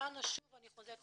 שוב אני חוזרת,